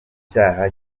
icyaha